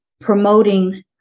promoting